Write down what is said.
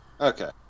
Okay